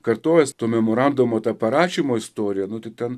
kartojęs to memorandumo tą parašymo istoriją nu tai ten